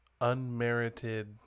unmerited